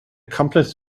complex